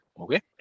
Okay